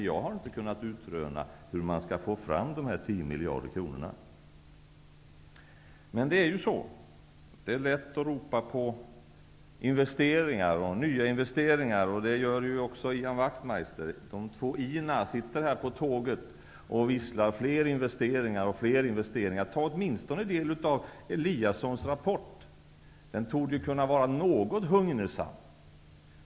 Jag har inte kunnat utröna hur man skall få fram dessa 10 miljarder kronor. Det är lätt att ropa på nya investeringar. Det gör också Ian Wachtmeister. De två I:na sitter på tåget och visslar: Fler investeringar, fler investeringar. Ta åtminstone del av Eliassons rapport! Den torde kunna vara något hugnesam.